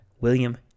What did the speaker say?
William